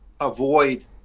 avoid